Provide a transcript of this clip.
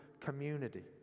community